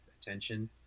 attention